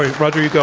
roger you go.